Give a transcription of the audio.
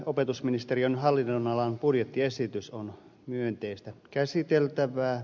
opetusministeriön hallinnonalan budjettiesitys on myönteistä käsiteltävää